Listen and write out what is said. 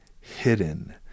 hidden